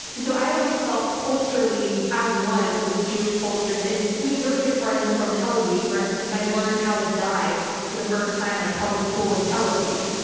and so i always felt culturally as one with jewish culture. and and we have really good friends from tel aviv, for instance, and i learned how to dive for the first time in a public pool in tel aviv.